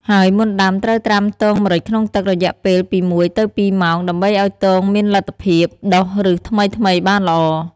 ហើយមុនដាំត្រូវត្រាំទងម្រេចក្នុងទឹក រយៈពេលពី ១ ទៅ ២ ម៉ោង ដើម្បីឱ្យទងមានលទ្ធភាពដុះឫសថ្មីៗបានល្អ។